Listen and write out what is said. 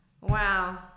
wow